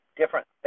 different